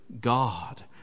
God